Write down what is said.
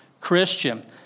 Christian